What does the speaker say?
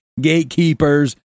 gatekeepers